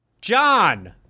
John